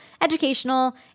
educational